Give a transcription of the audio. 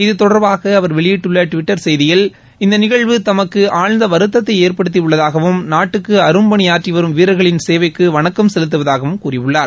இது தொடர்பாக அவர் வெளியிட்டுள்ள டுவிடடர் செய்தியில் இந்த நிகழ்வு தமக்கு ஆழ்ந்த வருத்தத்தை ஏற்படுத்தி உள்ளதாகவும் நாட்டுக்கு அரும்பணியாற்றி வரும் வீரா்களின் சேவைக்கு வணக்கம் செலுத்துவதாகவும் கூறியுள்ளார்